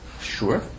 sure